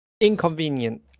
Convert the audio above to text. inconvenient